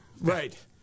Right